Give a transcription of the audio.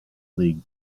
league